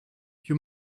you